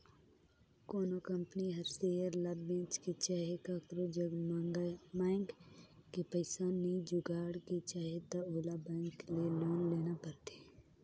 कोनो कंपनी हर सेयर ल बेंच के चहे काकरो जग मांएग के पइसा नी जुगाड़ के चाहे त ओला बेंक ले लोन लेना परथें